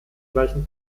gleichen